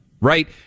right